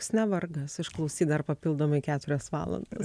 joks ne vargas išklausyt dar papildomai keturias valandas